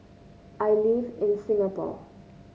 I live in Singapore